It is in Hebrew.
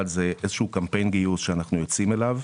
הוא קמפיין גיוס שאנחנו יוצאים אליו,